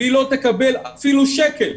היא לא תקבל אפילו שקל.